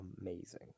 amazing